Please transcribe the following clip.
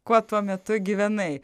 kuo tuo metu gyvenai